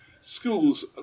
Schools